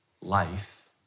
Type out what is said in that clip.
life